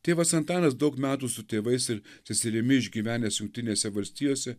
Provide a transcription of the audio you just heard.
tėvas antanas daug metų su tėvais ir seserimi išgyvenęs jungtinėse valstijose